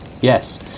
Yes